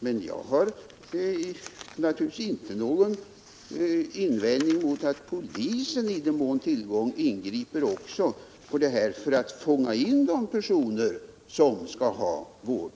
Men naturligtvis har jag inte någon invändning mot att också polisen i mån av möjlighet ingriper för att fånga in de personer som skall ha vård.